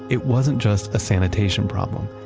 it wasn't just a sanitation problem.